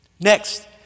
Next